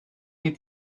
need